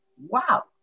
Wow